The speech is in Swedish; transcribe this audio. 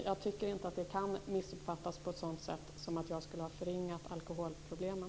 Jag tycker inte att det kan missuppfattas på det sättet att jag skulle ha förringat alkoholproblemen.